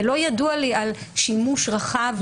ולא ידוע לי על שימוש רחב,